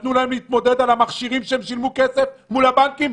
נתנו להם להתמודד לבד על המכשירים עליהם הם שילמו כסף מול הבנקים,